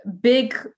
big